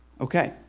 Okay